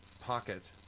pocket